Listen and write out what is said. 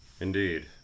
Indeed